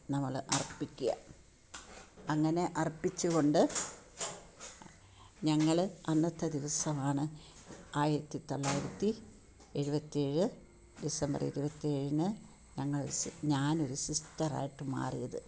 നമ്മൾ അർപ്പിക്കുക അങ്ങനെ അർപ്പിച്ചു കൊണ്ട് ഞങ്ങൾ അന്നത്തെ ദിവസമാണ് ആയിരത്തി തൊള്ളായിരത്തി എഴുപത്തി ഏ ഴ് ഡിസംബർ ഇരുപത്തി ഏഴിന് ഞങ്ങൾ ഞാൻ ഒരു സിസ്റ്ററായിട്ട് മാറിയത്